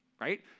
right